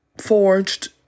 forged